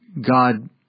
God